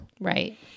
Right